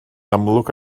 amlwg